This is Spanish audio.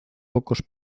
pocos